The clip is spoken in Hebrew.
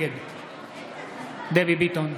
נגד דבי ביטון,